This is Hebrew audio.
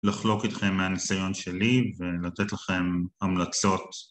לחלוק איתכם מהניסיון שלי ולתת לכם המלצות.